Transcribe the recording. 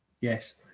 Yes